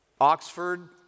Oxford